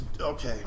okay